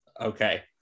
Okay